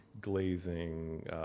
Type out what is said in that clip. glazing